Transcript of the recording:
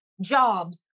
jobs